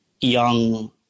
young